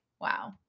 wow